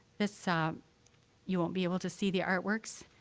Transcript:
this ah you won't be able to see the artworks,